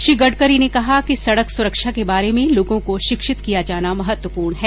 श्री गडकरी ने कहा कि सड़क सुरक्षा के बारे में लोगों को शिक्षित किया जाना महत्वपूर्ण है